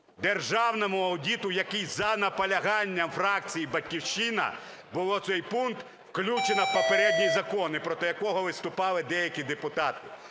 державному аудиту, який за наполяганням фракції "Батьківщина" було цей пункт включений в попередній закон, проти якого виступали деякі депутати.